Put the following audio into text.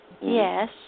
Yes